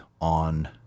on